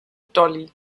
dolly